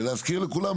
ולהזכיר לכולם,